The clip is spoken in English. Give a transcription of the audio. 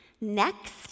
next